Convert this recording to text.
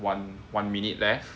one one minute left